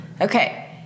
Okay